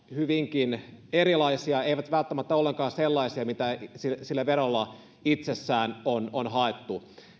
hyvinkin erilaisia eivät välttämättä ollenkaan sellaisia mitä sillä sillä verolla itsessään on on haettu